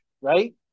right